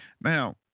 Now –